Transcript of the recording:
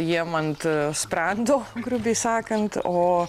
jiem ant sprando grubiai sakant o